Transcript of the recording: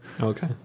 Okay